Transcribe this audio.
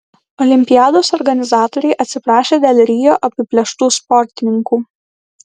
olimpiados organizatoriai atsiprašė dėl rio apiplėštų sportininkų